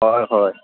হয় হয়